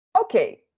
Okay